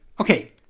Okay